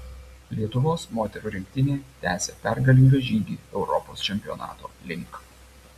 lietuvos moterų rinktinė tęsia pergalingą žygį europos čempionato link